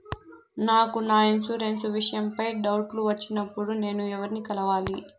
నాకు నా ఇన్సూరెన్సు విషయం పై డౌట్లు వచ్చినప్పుడు నేను ఎవర్ని కలవాలి?